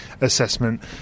assessment